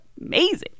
amazing